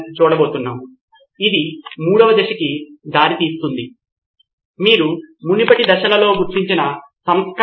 నితిన్ కురియన్ కాబట్టి సాధారణ పద్ధతి ఏమిటంటే ఆమె తన నోట్స్ను తయారుచేసుకోవడం తరగతిలోని ఒక ప్రత్యేక విద్యార్థికి నోట్స్లు ఇవ్వడం బహుశా తరగతి యొక్క మంచి విద్యార్థి